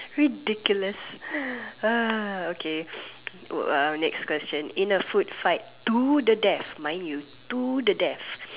ridiculous uh okay uh uh next question in a food fight to the death mind you to the death